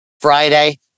Friday